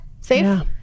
safe